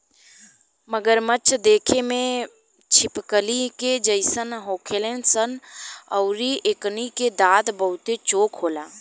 मगरमच्छ देखे में छिपकली के जइसन होलन सन अउरी एकनी के दांत बहुते चोख होला